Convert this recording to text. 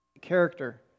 character